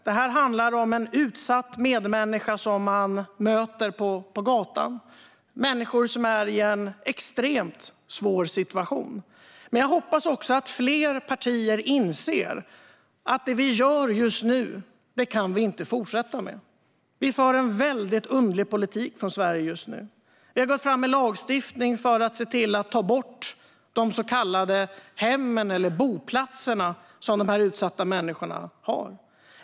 Det handlar om utsatta medmänniskor som man möter på gatan, människor som är i en extremt svår situation. Men jag hoppas också att fler partier inser att vi inte kan fortsätta som vi gör just nu. Vi för en väldigt underlig politik från Sverige just nu. Vi har gått fram med lagstiftning för att se till att ta bort dessa utsatta människors så kallade boplatser.